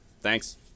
Thanks